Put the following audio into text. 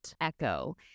Echo